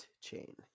chain